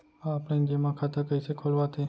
Offline जेमा खाता कइसे खोलवाथे?